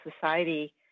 society